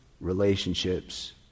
relationships